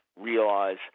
realize